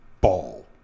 ball